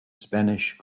spanish